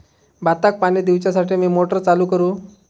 भाताक पाणी दिवच्यासाठी मी मोटर चालू करू?